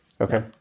Okay